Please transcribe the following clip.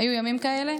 היו ימים כאלה,